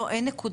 לא, אין נקודתי.